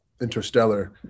interstellar